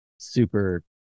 Super